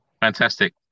Fantastic